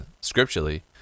scripturally